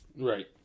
Right